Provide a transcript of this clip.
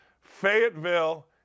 Fayetteville